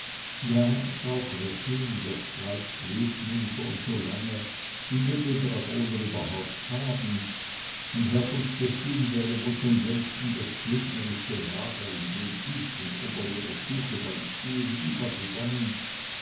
ja frau gräfin der streit schwebt nun schon so lange wie wir den dragoner überhaupt haben und herr von stechlin wäre wohl schon längst in das gegnerische lager in dem ich und oberlehrer tucheband stehn übergegangen